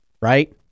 right